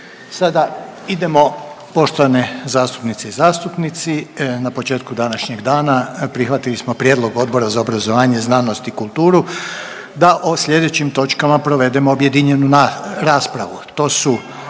Sada idemo poštovane zastupnice i zastupnici na početku današnjeg dana prihvatili smo prijedlog Odbora za obrazovanje, znanost i kulturu da o slijedećim točkama provedemo objedinjenu raspravu,